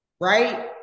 Right